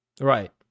Right